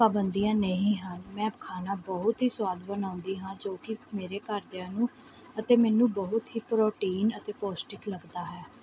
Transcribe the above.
ਪਾਬੰਦੀਆਂ ਨਹੀਂ ਹਨ ਮੈਂ ਖਾਣਾ ਬਹੁਤ ਹੀ ਸਵਾਦ ਬਣਾਉਂਦੀ ਹਾਂ ਜੋ ਕਿ ਮੇਰੇ ਘਰਦਿਆਂ ਨੂੰ ਅਤੇ ਮੈਨੂੰ ਬਹੁਤ ਹੀ ਪ੍ਰੋਟੀਨ ਅਤੇ ਪੌਸ਼ਟਿਕ ਲਗਦਾ ਹੈ